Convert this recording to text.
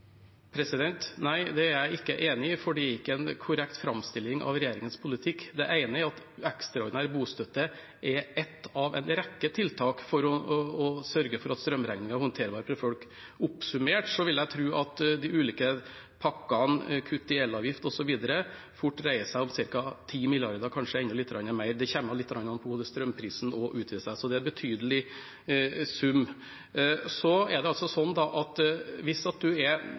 kr? Nei, det er jeg ikke enig i, for det er ikke en korrekt framstilling av regjeringens politikk. Det ene er at ekstraordinær bostøtte er ett av en rekke tiltak for å sørge for at strømregningen er håndterbar for folk. Oppsummert vil jeg tro at de ulike pakkene, kutt i elavgift osv., fort dreier seg om ca. 10 mrd. kr, kanskje enda litt mer. Det kommer også litt an på hvordan strømprisen utvikler seg. Så det er en betydelig sum. Så er det sånn at folk går litt inn og ut av bostøtteordningen fra måned til måned, men hvis